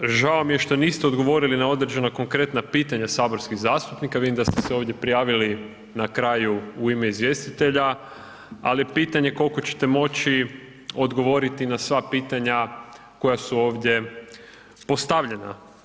Žao mi je što niste odgovorili na određena konkretna pitanja saborskih zastupnika, vidim da ste se ovdje prijavili na kraju u ime izvjestitelja ali je pitanje koliko ćete moći odgovoriti na sva pitanja koja su ovdje postavljena.